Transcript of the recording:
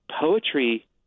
poetry